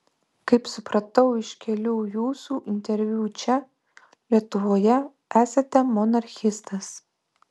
kaip supratau iš kelių jūsų interviu čia lietuvoje esate monarchistas